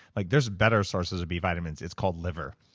like there's better sources of b vitamins. it's called liver.